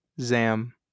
Zam